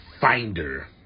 finder